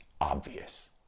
obvious